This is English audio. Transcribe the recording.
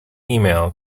email